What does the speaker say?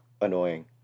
annoying